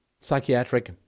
Psychiatric